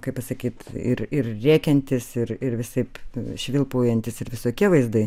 kaip pasakyt ir ir rėkiantys ir ir visaip švilpaujantys ir visokie vaizdai